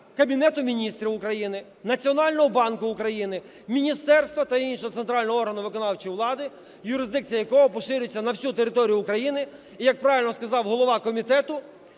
Кабінету Міністрів України, Національного банку України, міністерства та іншого центрального органу виконавчої влади, юрисдикція якого поширюється на всю територію України. І як правильно сказав голова комітету,